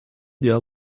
play